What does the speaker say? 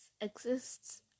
exists